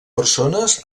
persones